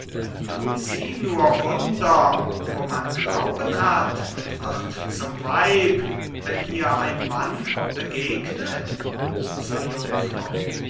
tut sie nur wunder wo man glauben hat und wird zum weib wenn ihr ein mann begegnet zur jungfrau